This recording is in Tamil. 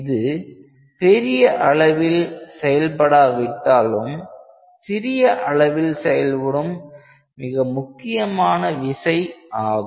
இது பெரிய அளவில் செயல்படாவிட்டாலும் சிறிய அளவில் செயல்படும் மிக முக்கியமான விசை ஆகும்